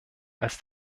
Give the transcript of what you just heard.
als